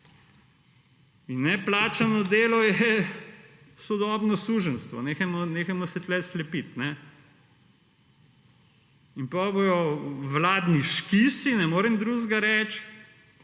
In ne plačano delo je sodobno suženjstvo, nehajmo se tukaj slepiti. In potem bodo vladni škisi, ne morem drugega reči,